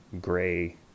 gray